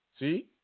See